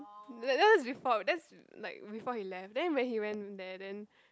that that his fault then like before he left then when he went there then